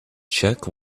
check